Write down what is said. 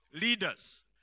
leaders